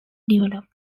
developed